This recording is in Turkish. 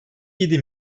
yedi